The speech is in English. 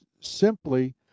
simply